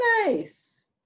Nice